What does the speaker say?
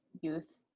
youth